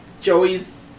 Joey's